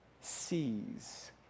sees